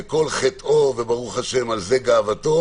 וכל חטאו וברוך השם, על זה גאוותו,